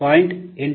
ಆದ್ದರಿಂದ ಇದು 0